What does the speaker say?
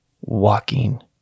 walking